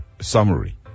summary